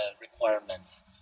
requirements